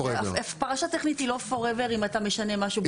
פרשה טכנית היא לא forever אם אתה משנה משהו.